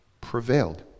prevailed